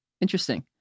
Interesting